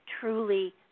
truly